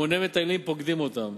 המוני מטיילים פוקדים אותם.